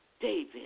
David